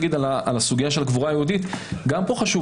לגבי סוגיית הקבורה היהודית גם פה חשוב